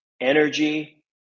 energy